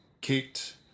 kicked